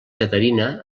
caterina